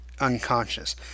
Unconscious